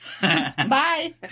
bye